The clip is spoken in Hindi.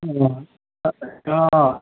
मोहन अ हँ